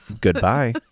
goodbye